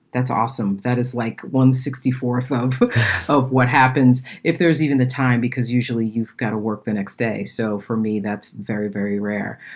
that's awesome. that is like one sixty fourth um of what happens if there is even the time, because usually you've got to work the next day. so for me that's very, very rare.